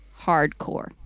Hardcore